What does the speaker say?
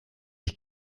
ich